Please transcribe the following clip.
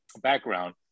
background